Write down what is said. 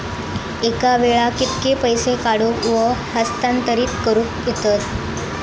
एका वेळाक कित्के पैसे काढूक व हस्तांतरित करूक येतत?